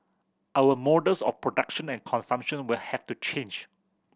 our models of production and consumption will have to change